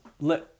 Let